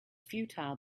futile